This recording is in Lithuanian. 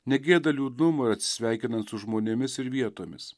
negėda liūdnumą atsisveikinant su žmonėmis ir vietomis